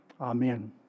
Amen